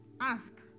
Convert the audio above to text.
ask